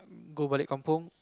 go Balik Kampung